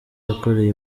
yakoreye